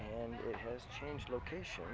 and it has changed location